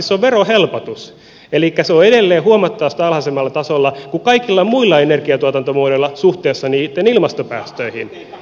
se on verohelpotus elikkä se on edelleen huomattavasti alhaisemmalla tasolla kuin kaikilla muilla energiatuotantomuodoilla suhteessa niitten ilmastopäästöihin